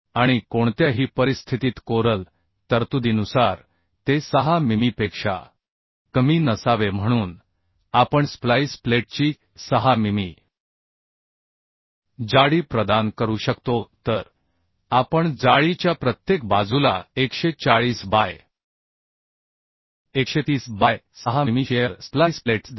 आणि कोणत्याही परिस्थितीत कोरल तरतुदीनुसार ते 6 मिमीपेक्षा कमी नसावे म्हणून आपण स्प्लाईस प्लेटची 6 मिमी जाडी प्रदान करू शकतो तर आपण जाळीच्या प्रत्येक बाजूला 140 बाय 130 बाय 6 मिमी शीअर स्प्लाइस प्लेट्स देऊया